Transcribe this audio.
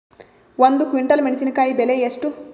ಒಂದು ಕ್ವಿಂಟಾಲ್ ಮೆಣಸಿನಕಾಯಿ ಬೆಲೆ ಎಷ್ಟು?